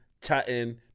chatting